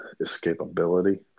escapability